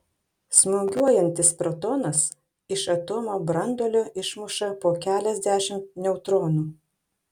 smūgiuojantis protonas iš atomo branduolio išmuša po keliasdešimt neutronų